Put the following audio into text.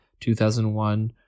2001